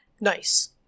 Nice